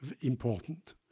important